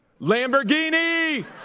Lamborghini